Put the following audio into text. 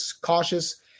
cautious